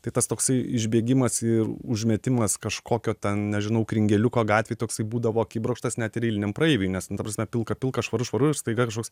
tai tas toksai išbėgimas ir užmetimas kažkokio ten nežinau kringeliuko gatvėj toksai būdavo akibrokštas net ir eiliniam praeiviui nes nu ta prasme pilka pilka švaru švaru ir staiga kažkoks